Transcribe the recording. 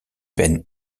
peine